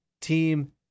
team